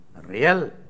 Real